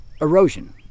Erosion